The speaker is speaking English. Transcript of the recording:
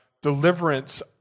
deliverance